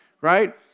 right